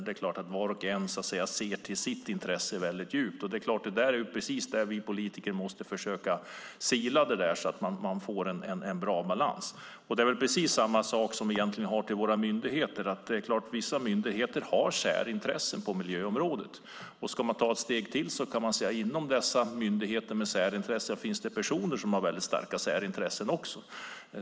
Det är klart att var och en ser till sitt intresse väldigt djupt, och det är precis det som vi politiker måste försöka sila bort så att det blir en bra balans. Det är klart att vissa myndigheter har särintressen på miljöområdet. Ska man ta ett steg till kan man säga att inom dessa myndigheter med särintressen finns det också personer som har väldigt starka särintressen.